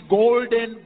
golden